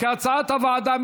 כהצעת הוועדה.